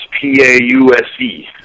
p-a-u-s-e